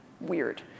weird